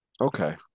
Okay